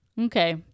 Okay